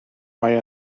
mae